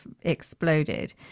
exploded